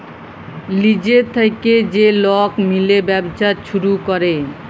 লিজের থ্যাইকে যে লক মিলে ব্যবছা ছুরু ক্যরে